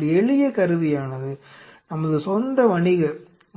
ஒரு எளிய கருவியானது நமது சொந்த வணிக